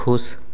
खुश